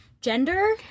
gender